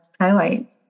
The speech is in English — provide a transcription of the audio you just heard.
highlight